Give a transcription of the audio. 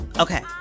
Okay